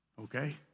Okay